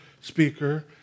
speaker